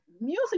music